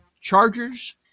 Chargers